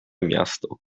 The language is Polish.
miasto